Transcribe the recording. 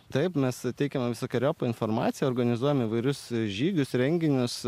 taip mes suteikiame visokeriopą informaciją organizuojame įvairius žygius renginius